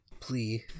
plea